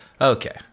Okay